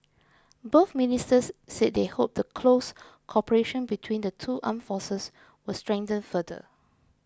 both ministers said they hoped the close cooperation between the two armed forces would strengthen further